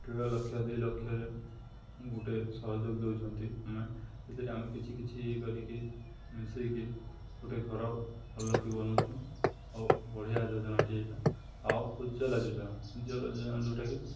ତେର ଲକ୍ଷ ଦୁଇ ଲକ୍ଷରେ ଗୋଟେ ସହଯୋଗ ଦଉଛନ୍ତି ଗଭର୍ଣ୍ଣମେଣ୍ଟ୍ ସେଥିରେ ଆମେ କିଛି କିଛି ଇଏ କରିକି ମିଶାଇକି ଗୋଟେ ଘର ଭଲ କି ବନଉଛୁଁ ଆଉ ବଢ଼ିଆ ଯୋଜନାଟି ଏଇଟା ଆଉ ଉଜ୍ଜଲା ଯୋଜନା ଉଜ୍ଜଲା ଯୋଜନା ଯେଉଁଟାକି